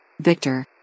Victor